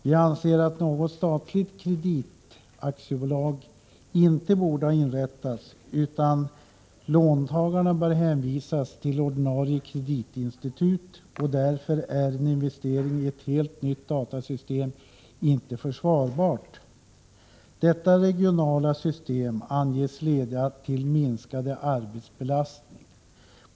Vi anser att något statligt kreditaktiebolag inte borde ha inrättats, utan låntagarna bör hänvisas till ordinarie kreditinstitut. Därför är en investering i ett helt nytt datasystem inte försvarbart. Detta regionala system anges leda till minskad arbetsbelastning.